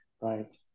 Right